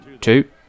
two